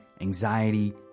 anxiety